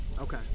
okay